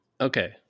Okay